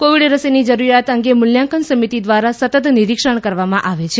Covid રસીની જરૂરિયાત અંગે મૂલ્યાંકન સમિતિ દ્વારા સતત નિરીક્ષણ કરવામાં આવે છે